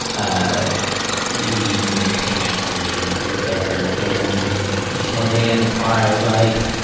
ah we would hang out every day when i lived there, and just one day in the car i was like,